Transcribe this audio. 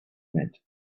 meant